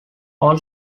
all